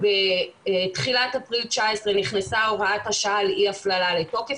ובתחילת אפריל 2019 נכנסה הוראת השעה לאי-הפללה לתוקף.